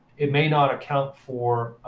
it may not account for